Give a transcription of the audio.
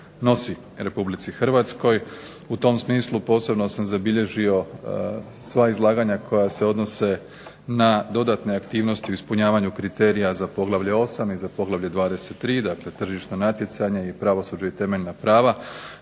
nosi Republici Hrvatskoj. U tom smislu posebno sam zabilježio sva izlaganja koja se odnose na dodatne aktivnosti u ispunjavanju kriterija za poglavlje 8. i poglavlje 23. dakle tržišno natjecanje i pravosuđe i temeljna prava,